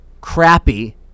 crappy